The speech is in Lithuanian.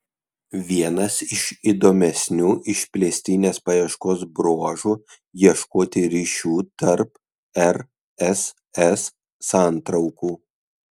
vienas iš įdomesnių išplėstinės paieškos bruožų ieškoti ryšių tarp rss santraukų